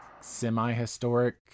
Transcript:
semi-historic